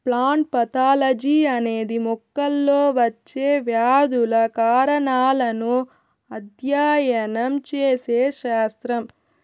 plant pathology అనేది మొక్కల్లో వచ్చే వ్యాధుల కారణాలను అధ్యయనం చేసే శాస్త్రం